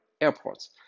airports